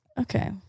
Okay